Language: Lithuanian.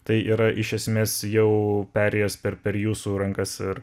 tai yra iš esmės jau perėjęs per per jūsų rankas ir